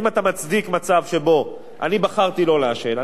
האם אתה מצדיק מצב שבו אני בחרתי לא לעשן,